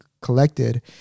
collected